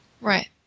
Right